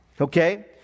Okay